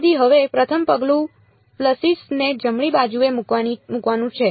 તેથી હવે પ્રથમ પગલું પલ્સીસ્ ને જમણી બાજુએ મૂકવાનું છે